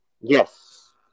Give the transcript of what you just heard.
Yes